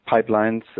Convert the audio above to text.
pipelines